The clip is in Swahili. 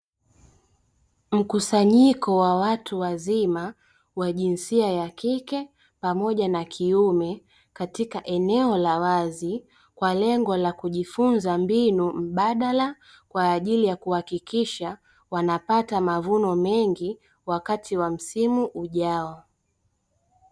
Mkusanyiko wa watu wazima wa jinsia ya kike pamoja na kiume katika eneo la wazi, kwa lengo la kujifunza mbinu mbadala kwa ajili ya kuhakikisha wanapata mavuno mengi wakati wa msimu ujao.